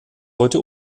heute